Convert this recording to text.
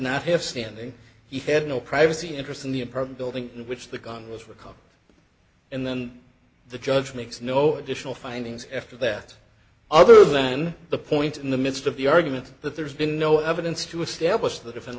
not have standing he had no privacy interest in the apartment building in which the gun was recovered and then the judge makes no additional findings after that other than the point in the midst of the argument that there's been no evidence to establish the different